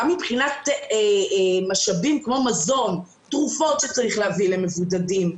גם מבחינת משאבים כמו מזון ותרופות שצריך להביא למבודדים.